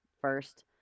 first